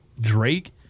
Drake